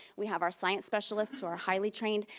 we have our science specialists who are highly trained,